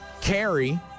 Carrie